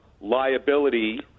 liability